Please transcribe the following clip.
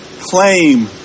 claim